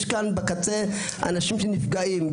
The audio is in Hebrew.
יש פה בקצה אנשים שנפגעים,